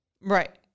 right